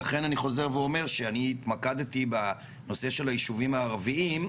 לכן אני חוזר ואומר שאני התמקדתי בנושא של היישובים הערביים,